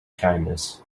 kindness